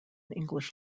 english